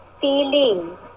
feeling